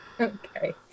Okay